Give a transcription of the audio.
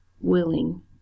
willing